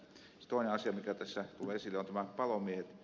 toinen asia mikä tässä tulee esille on palomiehet